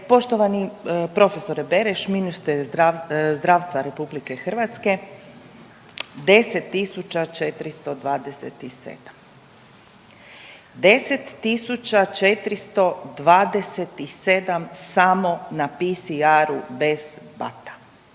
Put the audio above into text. poštovani profesore Beroš, ministre zdravstva Republike Hrvatske 10427. 10427 samo na PSR testu